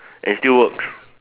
and still works